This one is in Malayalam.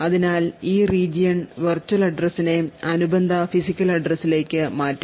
അതിനാൽ ഈ region വെർച്വൽ address നെ അനുബന്ധ ഫിസിക്കൽ address ലേക്ക് മാറ്റും